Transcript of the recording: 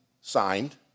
signed